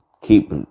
keep